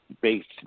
based